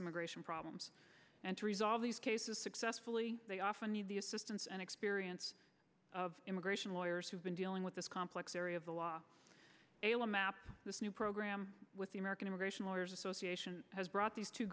immigration problems and to resolve these cases successfully they often need the assistance and experience of immigration lawyers who've been dealing with this complex area of the law ala map this new program with the american immigration lawyers association has brought these two